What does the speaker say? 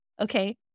Okay